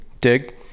Dig